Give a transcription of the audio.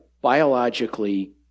biologically